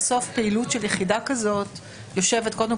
בסוף פעילות של יחידה כזאת יושבת קודם